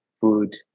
food